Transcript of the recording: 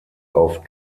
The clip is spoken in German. auf